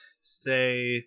say